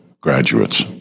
graduates